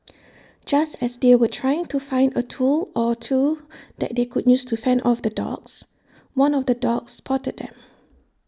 just as they were trying to find A tool or two that they could use to fend off the dogs one of the dogs spotted them